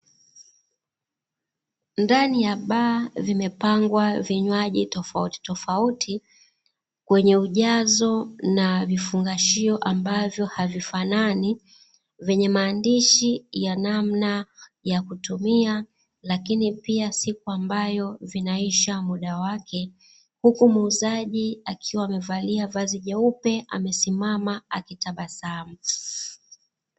Ndani ya baa zimepangwa vinywaji tofautitofauti kwenye ujazo na vifungashio ambavyo havifanani, vyenye maandishi ya namna ya kutumia lakini pia siku ambayo zinaisha muda wake; huku muuzaji akiwa amevalia vazi jeupe amesimama akitabasamu.